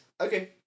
Okay